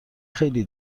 خیلی